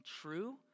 true